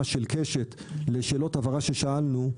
של קשת לשאלות הבהרה חשובות ששאלנו,